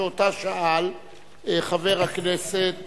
שאותה ישאל חבר הכנסת